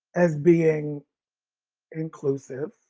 as being inclusive.